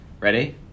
Ready